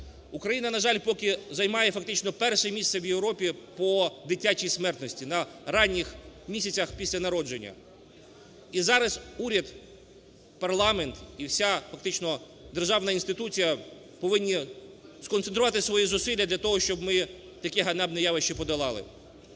Україна, на жаль, поки займає фактично перше місце в Європі по дитячій смертності на ранніх місяцях після народження. І зараз уряд, парламент і вся фактично державна інституція повинна сконцентрувати свої зусилля для того, щоб ми таке ганебне явище подолали.